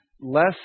less